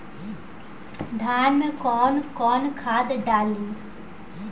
धान में कौन कौनखाद डाली?